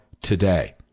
today